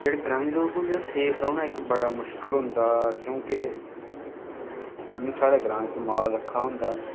जेह्ड़े ग्राईं लोक होंदे ओह् सेफ रौह्ना इक बड़ा मुश्कल होंदा क्योंकि जियां साढ़े ग्रांऽ च माल रक्खे दा होंदा